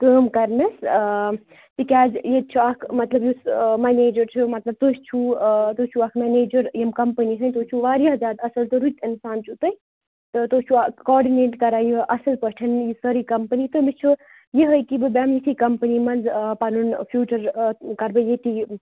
کٲم کَرنس تِکیازِ ییٚتہِ چھُ اکھ مطلب یُس مَنیجَر چھُ مطلب تُہۍ چھو تُہۍ چھو اکھ مَنیجر ییٚمہِ کَمپنی ہٕندۍ تُہۍ چھو واریاہ زیادٕ اصل تہٕ رٕتۍ انسان چھو تُہۍ تہٕ تُہۍ چھو کاڈِنیٹ کَران یہِ اصل پٲٹھۍ یہِ سٲری کَمپٔنی تہٕ مےٚ چھو یِہوے کہِ بہٕ بیٚہمہٕ یِژھی کَمپنی منز پَنُن فیوٗچر کَرٕ بہٕ ییٚتی